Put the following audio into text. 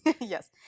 Yes